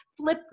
Flipgrid